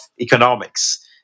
economics